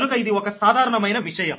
కనుక ఇది ఒక సాధారణమైన విషయం